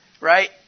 right